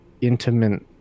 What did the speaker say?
intimate